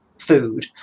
food